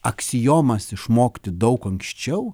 aksiomas išmokti daug anksčiau